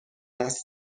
است